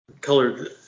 colored